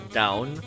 down